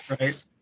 Right